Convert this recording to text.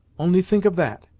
only think of that!